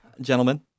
Gentlemen